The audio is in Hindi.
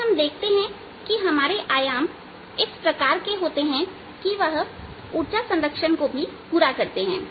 इसलिए हम देखते हैं कि हमारे आयाम इस प्रकार होते हैं कि वह ऊर्जा संरक्षण को भी पूरा करते हैं